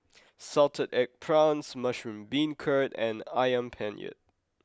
salted egg prawns mushroom beancurd and Ayam Penyet